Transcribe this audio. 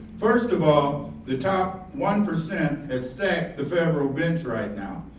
first of all, the top one percent has stacked the federal bench right now.